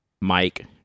Mike